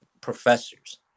professors